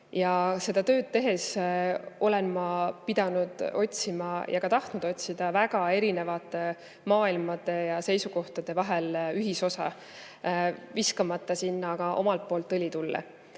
seda tööd tehes olen ma pidanud otsima ja ka tahtnud otsida väga erinevate maailmade ja seisukohtade vahel ühisosa, viskamata sinna ka omalt poolt õli tulle.